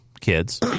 kids